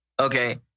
Okay